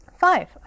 Five